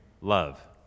love